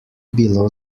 bilo